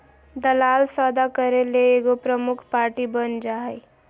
दलाल सौदा करे ले एगो प्रमुख पार्टी बन जा हइ